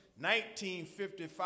1955